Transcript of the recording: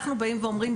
אנחנו באים ואומרים,